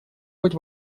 быть